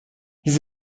his